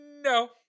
No